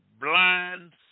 blind